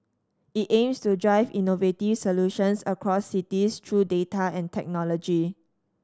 it aims to drive innovative solutions across cities through data and technology